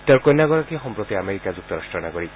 তেওঁৰ কন্যাগৰাকী সম্প্ৰতি আমেৰিকা যুক্তৰাট্টৰ নাগৰিক